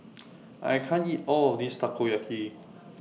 I can't eat All of This Takoyaki